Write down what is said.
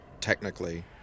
technically